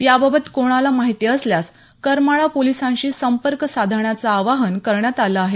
याबाबत कोणाला माहिती असल्यास करमाळा पोलिसांशी संपर्क साधण्याचं आवाहन करण्यात आलं आहे